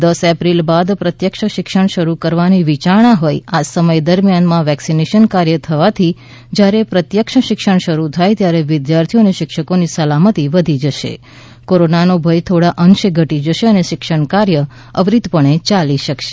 દસ એપ્રિલ બાદ પ્રત્યક્ષ શિક્ષણ શરૂ કરવાની વિયારણા હોય આ સમય દરમિયાનમા વૅક્સિનેશન કાર્ય થવાથી જ્યારે પ્રત્યક્ષ શિક્ષણ શરૂ થાય ત્યારે વિદ્યાર્થીઓ અને શિક્ષકોની સલામતી વધી જશે કોરોનાનો ભય થોડા અંશે ઘટી જશે અને શિક્ષણ કાર્ય અવિરતપણે યાલી શકશે